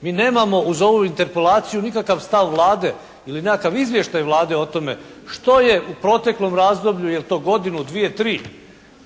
Mi nemamo uz ovu Interpelaciju nikakav stav Vlade ili nekakav izvještaj Vlade o tome što je u proteklom razdoblju, je li to godinu, dvije, tri,